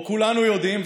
או כולנו יודעים,